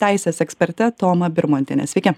teisės eksperte toma birmontiene sveiki